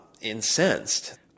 incensed